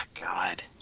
God